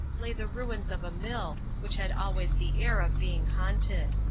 lay the ruins of a mill, which had always the air of being haunted.